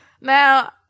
Now